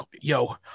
yo